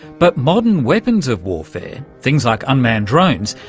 but modern weapons of warfare, things like unmanned drones,